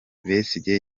besigye